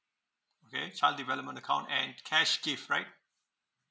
okay child development account and cash gift right